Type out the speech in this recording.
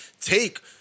take